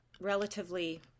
relatively